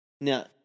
Now